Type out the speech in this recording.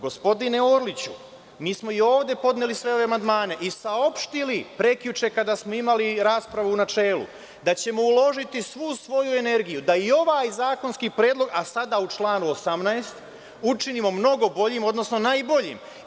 Gospodine Orliću, mi smo i ovde podneli sve ove amandmane i saopštili prekjuče, kada smo imali raspravu u načelu, da ćemo uložiti svu svoju energiju da i ovaj zakonski predlog, a sada u članu 18, učinimo mnogo boljim odnosno najboljim.